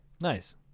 Nice